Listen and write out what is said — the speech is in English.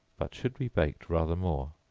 but should be baked rather more.